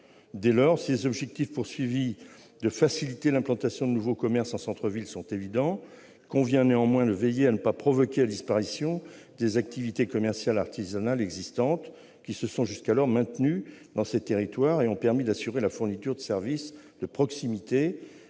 Dès lors, si les objectifs poursuivis visant à faciliter l'implantation de nouveaux commerces en centre-ville sont évidents, il convient néanmoins de veiller à ne pas provoquer la disparition des activités commerciales artisanales existantes qui se sont jusqu'alors maintenues dans ces territoires et ont permis d'assurer la fourniture de services de proximité